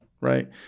right